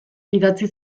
idatzi